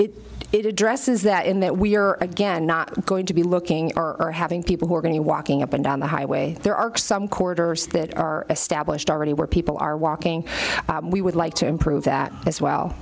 it it addresses that in that we are again not going to be looking or having people who are going to be walking up and down the highway there are some corridors that are established already where people are walking we would like to improve that as well